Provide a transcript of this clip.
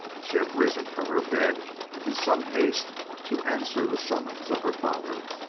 she had risen from her bed in some haste to answer the summons of her father.